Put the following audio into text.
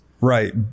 Right